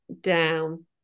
down